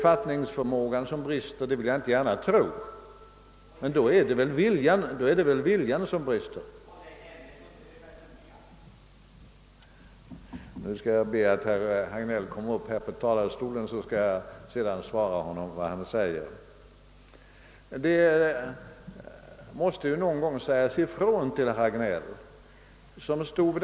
Jag vill inte gärna tro att det är fattningsförmågan som brister, men då är det väl viljan som saknas. Man måste någon gång säga ifrån till herr Hagnell.